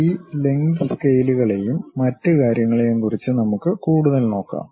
ഈ ലംഗ്ത് സ്കെയിലുകളെയും മറ്റ് കാര്യങ്ങളെയും കുറിച്ച് നമുക്ക് കൂടുതൽ നോക്കാം